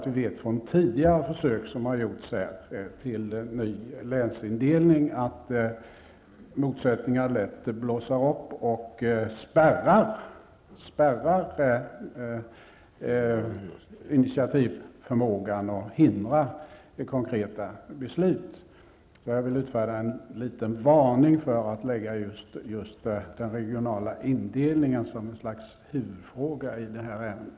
Vi vet från tidigare försök till ny länsindelning, att motsättningar lätt blossar upp och spärrar initiativförmågan och hindrar konkreta beslut. Jag vill utfärda en liten varning för att låta just den regionala indelningen bli ett slags huvudfråga i det här ärendet.